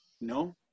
No